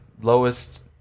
lowest